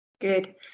Good